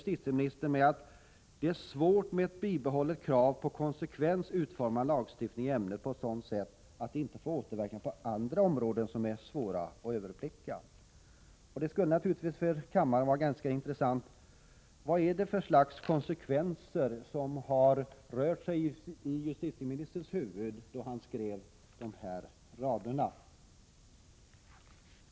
I slutet av svaret står det att det synes svårt att med bibehållna krav på konsekvens utforma en lagstiftning i ämnet på ett sådant sätt att den inte skulle få återverkningar på andra områden som det kan vara svårt att överblicka. Det skulle naturligtvis vara intressant för kammaren att få veta vilka konsekvenser som justitieministern har tänkt på när han skrev detta.